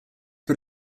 put